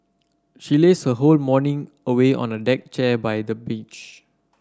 she lazed her whole morning away on a deck chair by the beach